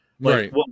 Right